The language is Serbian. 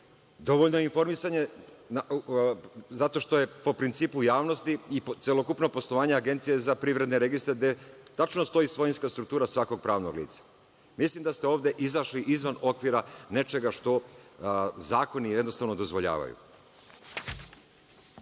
Dovoljno je informisanje zato što je po principu javnosti i celokupnog poslovanja Agencije za privredne registre, gde tačno stoji svojinska struktura svakog pravnog lica. Mislim da ste ovde izašli izvan okvira nečega što zakoni jednostavno dozvoljavaju.